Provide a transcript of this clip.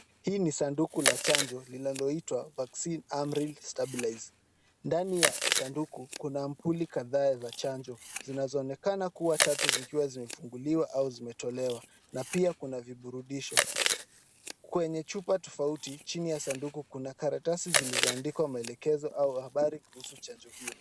Hili ni sanduku la chanjo linaloitwa Vaccin amaril stabilise. Ndani ya sanduku kuna sampuli kadhaa za chanjo zinazoonekana tatu zikiwa zimefunguliwa au zimetolewa, na pia kuna viburudisho. Kwenye chupa tofauti chini ya sanduku kuna karatasi zilizoandikwa maelekezo au habari kuhusu chanjo hizo.